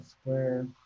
Square